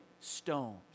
stones